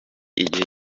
igihe